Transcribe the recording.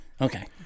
Okay